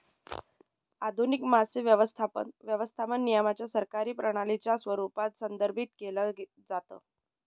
आधुनिक मासे व्यवस्थापन, व्यवस्थापन नियमांच्या सरकारी प्रणालीच्या स्वरूपात संदर्भित केलं जातं